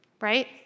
Right